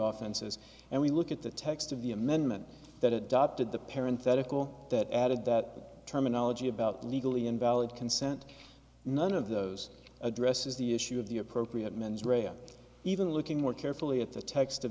off and says and we look at the text of the amendment that it did the parent that i call that added that terminology about legally invalid consent none of those addresses the issue of the appropriate mens rea or even looking more carefully at the text of